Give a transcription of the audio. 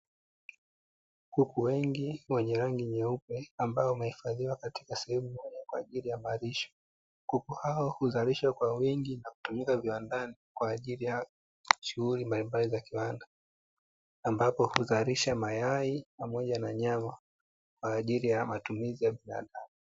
Kuku wengi wenye rangi nyeupe ambao wamehifadhiwa katika sehemu moja kwa ajili ya malisho. Kuku hao huzalishwa kwa wingi na kutumika viwandani kwa ajili ya shughuli mbalimbali za kiwanda, ambapo huzalisha mayai pamoja na nyama kwa ajili ya matumizi ya binadamu.